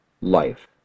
Life